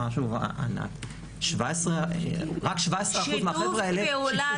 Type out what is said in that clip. רק 17% מהחבר'ה האלה שיתפו פעולה.